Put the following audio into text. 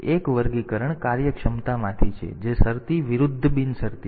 એક વર્ગીકરણ કાર્યક્ષમતામાંથી છે જે શરતી વિરુદ્ધ બિનશરતી છે